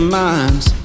minds